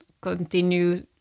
continue